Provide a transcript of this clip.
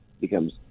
becomes